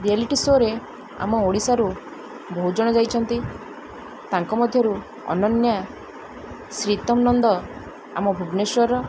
reality ଶୋରେ ଆମ ଓଡ଼ିଶାରୁ ବହୁତ ଜଣ ଯାଇଛନ୍ତି ତାଙ୍କ ମଧ୍ୟରୁ ଅନନ୍ୟା ଶ୍ରୀତମ୍ ନନ୍ଦ ଆମ ଭୁବନେଶ୍ୱରର